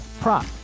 prop